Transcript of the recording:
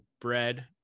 bread